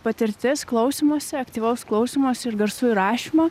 patirtis klausymosi aktyvaus klausymosi ir garsų įrašymo